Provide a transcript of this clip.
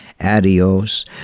adios